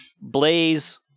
Blaze